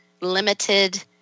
limited